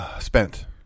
Spent